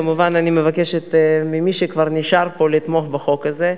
ולכן אני כמובן מבקשת ממי שכבר נשאר פה לתמוך בחוק הזה.